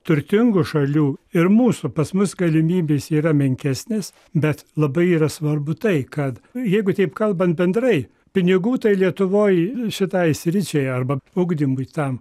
turtingų šalių ir mūsų pas mus galimybės yra menkesnės bet labai yra svarbu tai kad jeigu taip kalbant bendrai pinigų tai lietuvoj šitai sričiai arba ugdymui tam